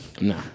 no